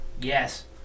yes